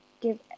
give